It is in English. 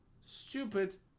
stupid